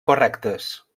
correctes